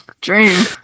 Dream